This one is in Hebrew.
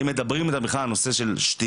האם מדברים איתן בכלל על נושא השתייה,